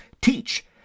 teach